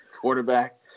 quarterback